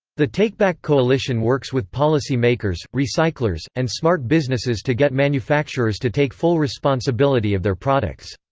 the takeback coalition works with policy makers, recyclers, and smart businesses to get manufacturers to take full responsibility of their products.